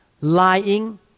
Lying